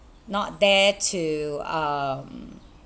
not there to um